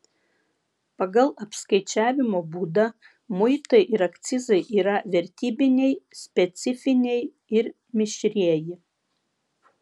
pagal apskaičiavimo būdą muitai ir akcizai yra vertybiniai specifiniai ir mišrieji